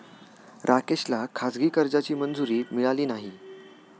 राकेशला खाजगी कर्जाची मंजुरी मिळाली नाही